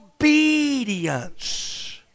obedience